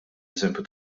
eżempju